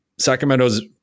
Sacramento's